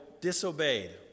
disobeyed